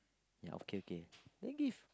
ya okay okay then give